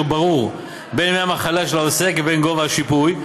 ברור בין ימי מחלה של העוסק לבין גובה השיפוי.